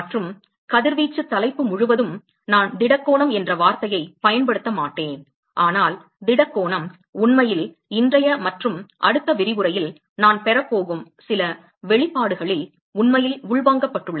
மற்றும் கதிர்வீச்சு தலைப்பு முழுவதும் நான் திட கோணம் என்ற வார்த்தையைப் பயன்படுத்தமாட்டேன் ஆனால் திட கோணம் உண்மையில் இன்றைய மற்றும் அடுத்த விரிவுரையில் நான் பெறப் போகும் சில வெளிப்பாடுகளில் உண்மையில் உள்வாங்கப்பட்டுள்ளது